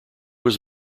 was